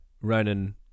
ronan